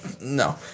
No